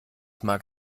mag